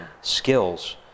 skills